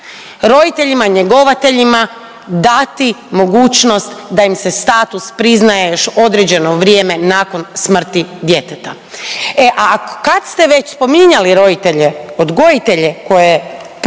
roditeljima njegovateljima dati mogućnost da im se status priznaje još određeno vrijeme nakon smrti djeteta. E a kad ste već spominjali roditelje odgojitelje koje potpuno,